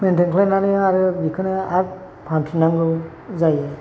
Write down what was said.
maintain खालामनानै आरो बेखौनो आरो फानफिननांगौ जायो